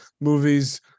movies